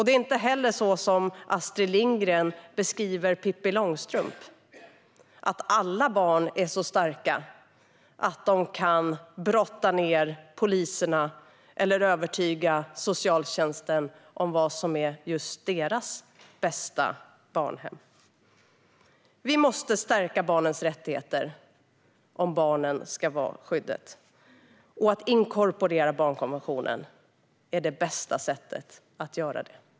Det är inte heller så som Astrid Lindgren beskriver i Pippi Långstrump, att alla barn är så starka att de kan brotta ned poliser eller övertyga socialtjänsten om vad som är just deras bästa barnhem. Vi måste stärka barnens rättigheter om barnen ska vara skyddade. Att inkorporera barnkonventionen är det bästa sättet att göra det.